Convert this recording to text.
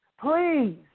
Please